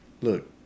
Look